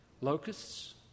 locusts